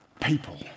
people